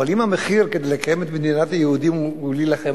אבל אם המחיר שנדרש כדי לקיים את מדינת היהודים הוא להילחם,